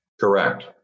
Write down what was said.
Correct